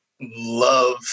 love